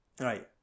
Right